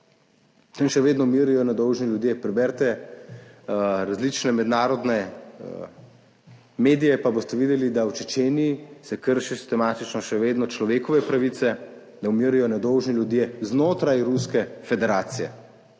Tam še vedno umirajo nedolžni ljudje. Preberite različne mednarodne medije, pa boste videli, da v Čečeniji se krši sistematično še vedno človekove pravice, da umirijo nedolžni ljudje znotraj Ruske federacije.